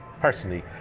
personally